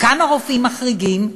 וכמה רופאים מחריגים?